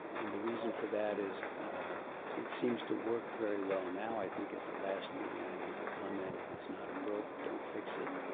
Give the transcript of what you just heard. and the reason for that is it seems to work very well now. i think at the last meeting and i made the comment, if it's not broke, don't fix it.